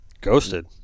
ghosted